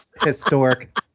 historic